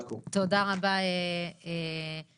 תודה רבה מיקי.